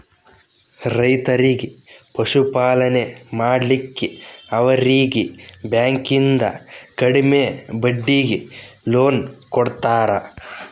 ರೈತರಿಗಿ ಪಶುಪಾಲನೆ ಮಾಡ್ಲಿಕ್ಕಿ ಅವರೀಗಿ ಬ್ಯಾಂಕಿಂದ ಕಡಿಮೆ ಬಡ್ಡೀಗಿ ಲೋನ್ ಕೊಡ್ತಾರ